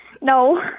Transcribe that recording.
No